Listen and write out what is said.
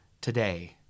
today